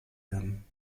werden